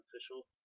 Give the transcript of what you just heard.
official